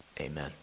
amen